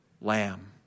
lamb